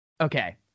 Okay